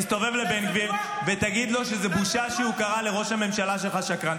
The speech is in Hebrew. -- תסתובב לבן גביר ותגיד לו שזאת בושה שהוא קרא לראש הממשלה שלך שקרן.